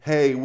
Hey